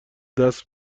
دست